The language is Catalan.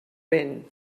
vent